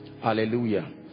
hallelujah